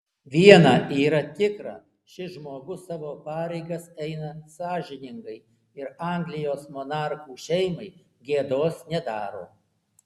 viena yra tikra šis žmogus savo pareigas eina sąžiningai ir anglijos monarchų šeimai gėdos nedaro